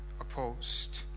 opposed